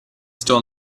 still